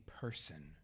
person